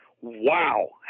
wow